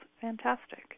Fantastic